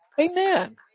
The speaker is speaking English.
amen